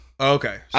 Okay